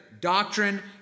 Doctrine